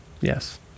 Yes